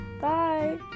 Bye